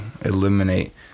eliminate